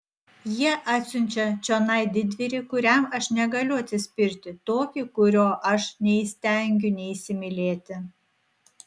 jie atsiunčia čionai didvyrį kuriam aš negaliu atsispirti tokį kurio aš neįstengiu neįsimylėti